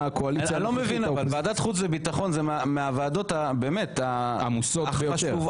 ועדת חוץ וביטחון היא מהוועדות -- העמוסות ביותר.